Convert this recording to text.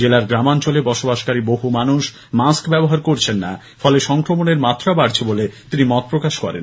জেলার গ্রামাঞ্চলে বসবাসকারী বহু মানুষ মাস্ক ব্যবহার করছেন না ফলে সংক্রমণের মাত্রা বাড়ছে বলে তিনি মত প্রকাশ করেছেন